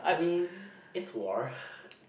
I mean it's war